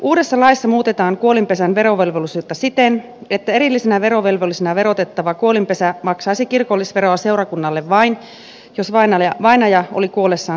uudessa laissa muutetaan kuolinpesän verovelvollisuutta siten että erillisenä verovelvollisena verotettava kuolinpesä maksaisi kirkollisveroa seurakunnalle vain jos vainaja oli kuollessaan seurakunnan jäsen